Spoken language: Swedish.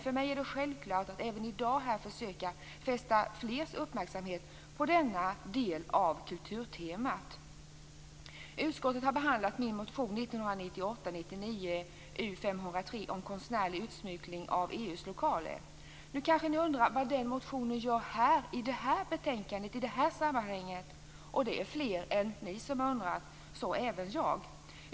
För mig är det självklart att även i dag försöka fästa fleras uppmärksamhet på denna del av kulturtemat. Utskottet har behandlat min motion 1998/99:U503 om konstnärlig utsmyckning av EU:s lokaler. Nu kanske ni undrar vad den motionen gör i det här betänkandet, i det här sammanhanget. Det är fler än ni som undrar, så även jag.